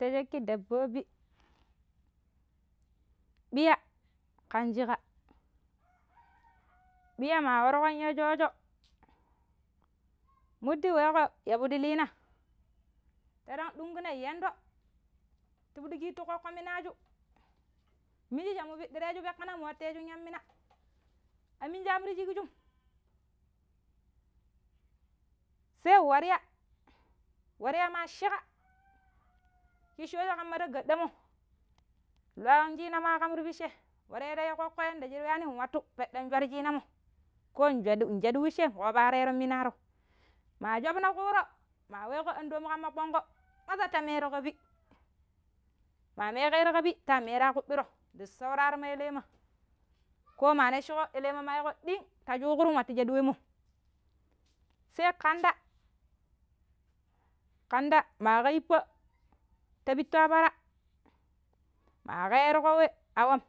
﻿Ti cakki dabobbi ɓiya kan shika, ɓiya ma warkon ya shoojo muddi ma weiko yapi lina ta dunguna yanto tipi kity kokko minaju minji mu pakkina pidireju mu watejun yammina, a miji am ti shikjum. Sai warya, warya ma shika, kiji gbooje kama ta gaddamo lwan shina ma kama tipije. Warya ta yu kokkor shirayauni watu peɗu nshwaru shiramo ko nsha-nshaɗu wusai nkofo warero yamminaro ma shutuna kuno ma wako, ando, mu kamma koanko, maja ta miro kapu, ma mikero kapi ta miro ya kubiro ndi sauraro ẹlẹ ma ko ma weshiko ẹlẹ ma yiko ɗin ta shukuro nwatu shadu wemmo. Sai kanda kanda ma ka yippa ta pitu ya para ma keero we a wam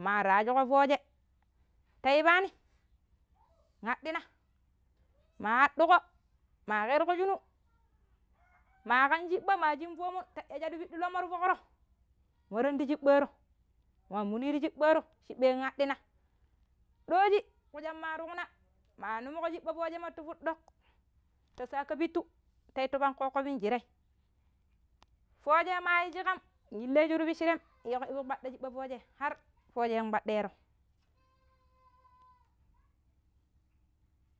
ma rajuko fooje ta ivami nhadina, ma hadiko, ma kero goshinu, ma ganshinɓo ma shiɓommo ta shadin ti lomoro fooro nwaron ti shiɓɓaro nwa muni ti shiɓɓaro nwa hadina, Dooje kusam ma tuna ma nullo shiɓa fooje ti, pidi dok, ta shako pitu ta itu pan kokko minjirai fooje ma yu shika inleju ti pishiram ta ivo kwado shiɓɓa fooje har fooje nkpadero.